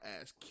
ass